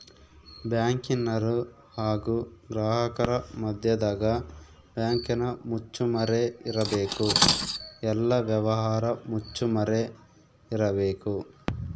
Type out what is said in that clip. ಬ್ಯಾಂಕಿನರು ಹಾಗು ಗ್ರಾಹಕರ ಮದ್ಯದಗ ಬ್ಯಾಂಕಿನ ಮುಚ್ಚುಮರೆ ಇರಬೇಕು, ಎಲ್ಲ ವ್ಯವಹಾರ ಮುಚ್ಚುಮರೆ ಇರಬೇಕು